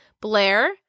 Blair